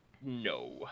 No